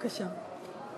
בבקשה.